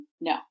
no